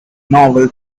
novel